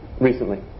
recently